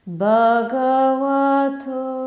Bhagavato